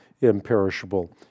imperishable